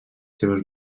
seves